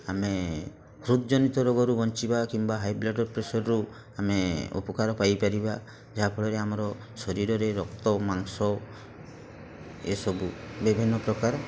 ଆମେ ହୃଦ ଜନିତ ରୋଗରୁ ବଞ୍ଚିବା କିମ୍ବା ହାଇ ବ୍ଲଡ଼୍ ପ୍ରେସର୍ରୁ ଆମେ ଉପକାର ପାଇପାରିବା ଯାହା ଫଳରେ ଆମ ଶରୀରରେ ରକ୍ତ ମାଂସ ଏ ସବୁ ବିଭିନ୍ନ ପ୍ରକାର